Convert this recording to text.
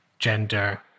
gender